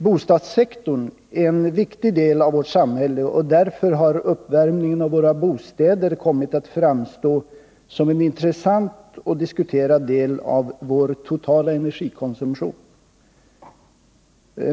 Bostadssektorn är en viktig del av vårt samhälle, och därför har uppvärmningen av våra bostäder kommit att framstå som en intressant och diskuterad del av vår totala energikonsumtion.